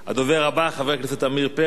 הדובר הבא, חבר הכנסת עמיר פרץ,